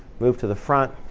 move to the front,